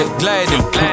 gliding